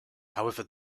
however